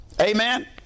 Amen